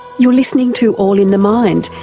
you're listening to all in the mind,